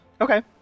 Okay